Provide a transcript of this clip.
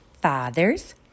Father's